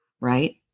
right